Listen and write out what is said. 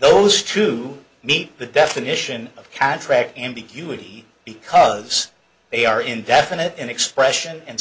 those two meet the definition of cataract ambiguity because they are indefinite in expression and